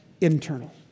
internal